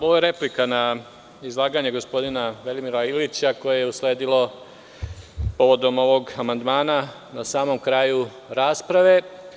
Ovo je replika na izlaganje gospodina Velimira Ilića, koje je usledilo povodom ovog amandmana na samom kraju rasprave.